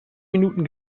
minuten